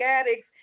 addicts